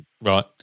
Right